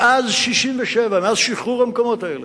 מאז 1967, מאז שחרור המקומות האלה,